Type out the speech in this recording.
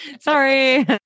Sorry